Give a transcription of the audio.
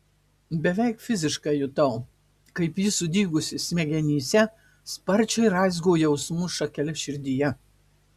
beveik fiziškai jutau kaip ji sudygusi smegenyse sparčiai raizgo jausmų šakeles širdyje